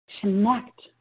Connect